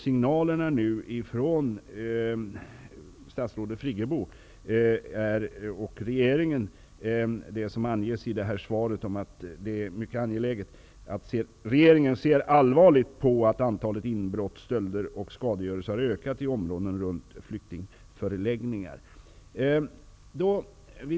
Signalerna nu från statsrådet Friggebo och regeringen är enligt svaret att regeringen ser allvarligt på att antalet inbrott, stölder och skadegörelser har ökat i områden runt flyktingförläggningar.